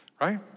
right